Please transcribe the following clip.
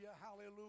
hallelujah